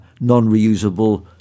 non-reusable